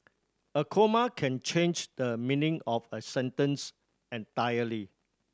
a comma can change the meaning of a sentence entirely